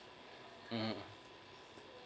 mmhmm